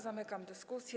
Zamykam dyskusję.